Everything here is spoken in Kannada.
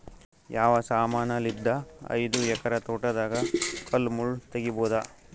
ಯಾವ ಸಮಾನಲಿದ್ದ ಐದು ಎಕರ ತೋಟದಾಗ ಕಲ್ ಮುಳ್ ತಗಿಬೊದ?